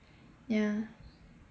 ya